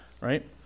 right